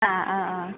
ആ ആ ആ